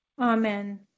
Amen